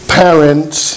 parents